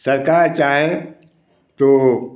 सरकार चाहें तो